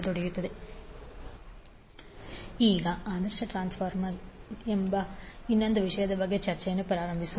73J ಈಗ ಆದರ್ಶ transformer ಎಂಬ ಇನ್ನೊಂದು ವಿಷಯದ ಬಗ್ಗೆ ಚರ್ಚೆಯನ್ನು ಪ್ರಾರಂಭಿಸೋಣ